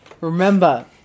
Remember